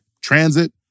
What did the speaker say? transit